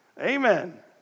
Amen